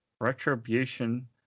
Retribution